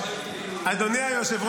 אתה צודק.